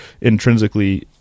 intrinsically